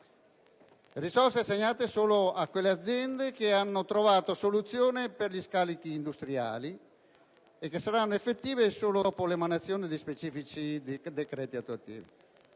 risorse assegnate solo a quelle aziende che hanno trovato soluzione per gli scarichi industriali e che saranno effettive solo dopo l'emanazione di specifici decreti attuativi.